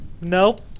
Nope